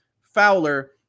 Fowler